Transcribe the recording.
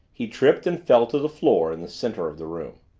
he tripped and fell to the floor in the center of the room.